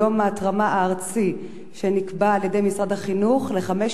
הוא יום ההתרמה הארצי שקבע משרד החינוך לחמש